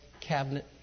cabinet